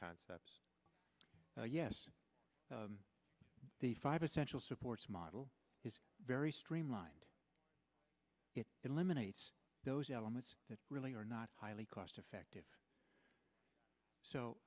concepts yes the five essential supports model is very streamlined it eliminates those elements that really are not highly cost effective so